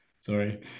sorry